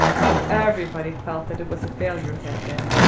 but everybody felt that it was a failure that day.